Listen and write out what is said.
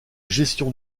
gestion